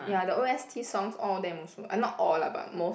ya the O_S_T songs all them also not all lah but most